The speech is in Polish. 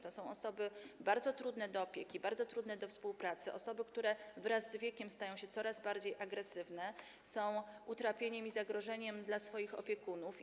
To są osoby bardzo trudne, jeśli chodzi o opiekę, o współpracę, osoby, które wraz z wiekiem stają się coraz bardziej agresywne, są utrapieniem i zagrożeniem dla swoich opiekunów.